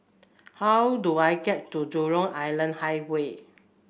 how do I get to Jurong Island Highway